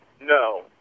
No